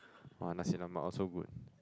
!wah! nasi-lemak also good